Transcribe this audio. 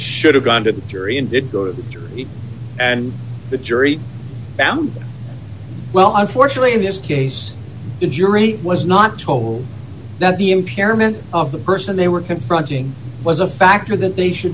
should have gone to the jury and did go through it and the jury found well unfortunately in this case the jury was not told that the impairment of the person they were confronting was a factor that they should